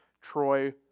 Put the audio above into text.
Troy